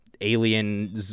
alien